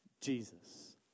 Jesus